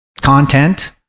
content